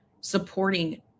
supporting